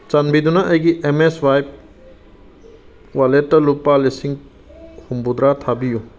ꯆꯥꯟꯕꯤꯗꯨꯅ ꯑꯩꯒꯤ ꯑꯦꯝꯁ꯭ꯋꯥꯏꯞ ꯋꯥꯂꯦꯠꯇ ꯂꯨꯄꯥ ꯂꯤꯁꯤꯡ ꯍꯨꯝꯐꯨꯇꯔꯥ ꯊꯥꯕꯤꯌꯨ